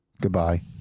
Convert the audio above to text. Goodbye